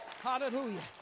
Hallelujah